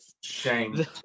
Shame